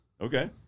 okay